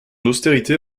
austérité